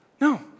No